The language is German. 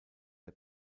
der